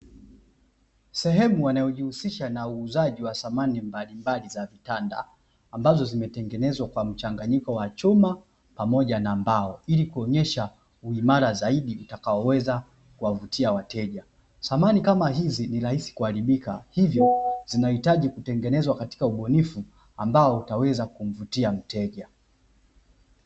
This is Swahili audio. Sehemu wanayojihusisha na uuzaji wa samani mbalimbali za vitanda, ambazo zimetengenezwa kwa mchanganyiko wa chuma pamoja na mbao, ili kuonyesha uimara zaidi utakaoweza kuwavutia wateja. Samani kama hizi ni rahisi kuharibika, hivyo zinahitaji kutengenezwa katika ubunifu ambao utaweza kumvutia mteja.